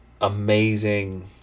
amazing